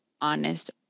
honest